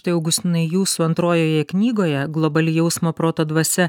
tai augustinai jūsų antrojoje knygoje globali jausmo proto dvasia